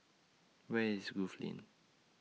Where IS Grove Lane